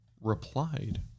replied